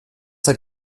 seit